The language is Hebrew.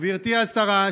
גברתי השרה,